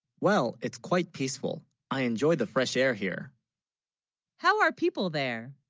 well it's quite peaceful i enjoy the fresh air here how are people there